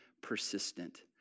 Persistent